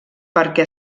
perquè